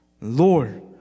Lord